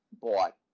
bought –